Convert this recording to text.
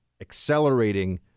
accelerating